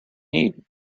need